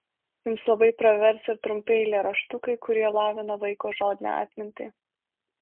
jums labai pravers ir trumpi eilėraštukai kurie lavina vaiko žodinę atmintį